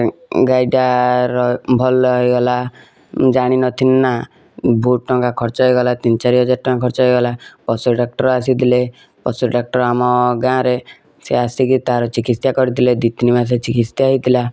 ଗାଈଟା ର ଭଲ ହେଇଗଲା ଜାଣି ନଥିଲିନା ବହୁତ ଟଙ୍କା ଖର୍ଚ୍ଚ ହେଇଗଲା ତିନି ଚାରି ହଜାର ଟଙ୍କା ଖର୍ଚ୍ଚ ହେଇଗଲା ପଶୁ ଡକ୍ଟର ଆସିଥିଲେ ପଶୁ ଡକ୍ଟର ଆମ ଗାଁରେ ସେ ଆସିକି ତାର ଚିକିତ୍ସା କରିଥିଲେ ଦୁଇ ତିନି ମାସ ଚିକିତ୍ସା ହେଇଥିଲା